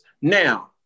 now